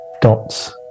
Dots